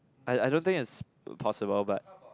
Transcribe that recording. I I don't think is possible but